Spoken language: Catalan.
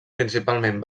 principalment